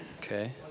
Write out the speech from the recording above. Okay